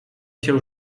się